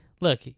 Look